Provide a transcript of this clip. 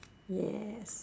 yes